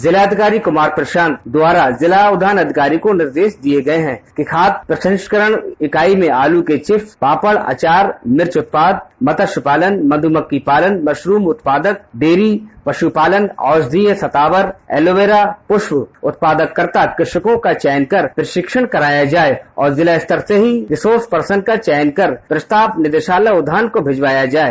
जिलाधिकारी कुमार प्रशांत द्वारा जिला उद्यान अधिकारी को निर्देश दिये गये हैं कि खाद्य प्रसंस्करण इकाई में आलू के चिप्स पापड़ अचार मिर्च उत्पाद मत्स्य पालन मध्रमक्खी पालन मशरूम उत्पादक डेयरी पशुपालन औषधीय सतावर एलोवेरा पुष्प उत्पादककर्ता कृषकों का चयन कर प्रशिक्षण कराया जाये और जिला स्तर से ही रिसोर्स पर्सन का चयन कर प्रस्ताव निदेशालय उद्यान को भिजवाया जाये